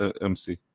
MC